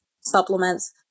supplements